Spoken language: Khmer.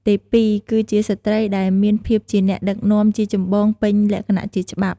ទេពី គឺជាស្រ្តីដែលមានភាពជាអ្នកដឹកនាំជាចម្បងពេញលក្ខណៈជាច្បាប់។